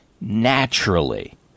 naturally